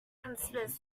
considers